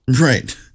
Right